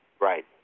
Right